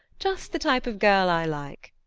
just the type of girl i like!